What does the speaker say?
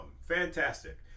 Fantastic